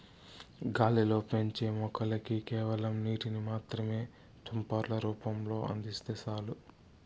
గాలిలో పెంచే మొక్కలకి కేవలం నీటిని మాత్రమే తుంపర్ల రూపంలో అందిస్తే చాలు